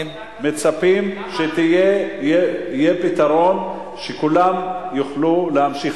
מצפים שיהיה פתרון שכולם יוכלו להמשיך.